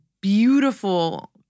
beautiful